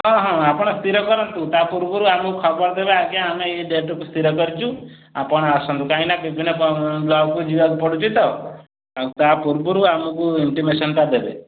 ହଁ ହଁ ଆପଣ ସ୍ଥିର କରନ୍ତୁ ତା ପୂର୍ବରୁ ଆମକୁ ଖବର ଦେବେ ଆଜ୍ଞା ଏ ଡେଟରେ ସ୍ଥିରକୁ କରିଚୁ ଆପଣ ଆସନ୍ତୁ କାହିଁକିନା ବିଭିନ୍ନ ବ ବ୍ଲକକୁ ଯିବାକୁ ପଡ଼ୁଚି ତ ତା ପୂର୍ବରୁ ଆମକୁ ଇନଟିମେସନଟା ଦେବେ